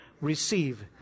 Receive